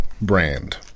brand